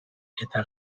eta